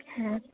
হ্যাঁ